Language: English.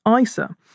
ISA